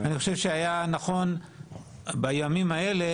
אני חושב שהיה נכון בימים האלה,